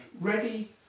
ready